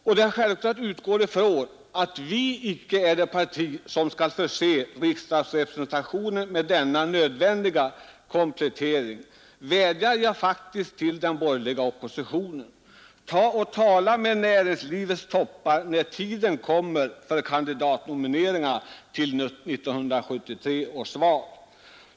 Då det är självklart att jag utgår från att vårt parti icke är det som skall förse riksdagsrepresentationen med denna nödvändiga komplettering, vädjar jag faktiskt till den borgerliga oppositionen att tala med näringslivets toppar när tiden för kandidatnomineringarna till 1973 års val kommer.